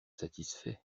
satisfait